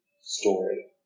story